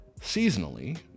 seasonally